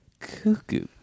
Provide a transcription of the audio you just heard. Cuckoo